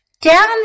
down